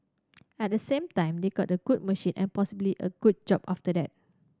at the same time they got a good machine and possibly a good job after that